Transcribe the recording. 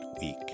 week